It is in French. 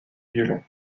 violon